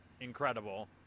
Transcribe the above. incredible